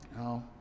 No